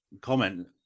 comment